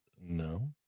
No